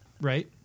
right